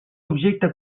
objecte